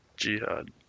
Jihad